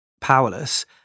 powerless